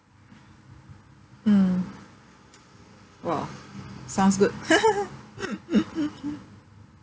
mm !wah! sounds good